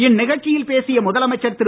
இந்நிகழ்ச்சியில் பேசிய முதலமைச்சர் திரு